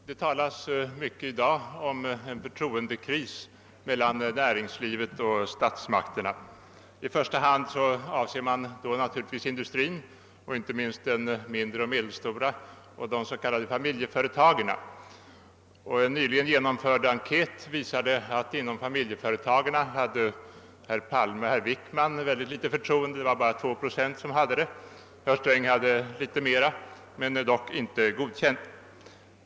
Herr talman! Det talas i dag mycket om en förtroendekris mellan näringslivet och statsmakterna. I första hand avser man då naturligtvis industrin, inte minst de mindre och medelstora företagen — de s.k. familjeföretagen. En nyligen genomförd enkät visade att man inom familjeföretagen hade mycket litet förtroende för herr Palme och herr Wickman; det var bara 2 procent som hade förtroende för dem. Några fler hade förtroende för herr Sträng, dock inte så många att man kan säga att han fick godkänt.